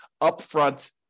upfront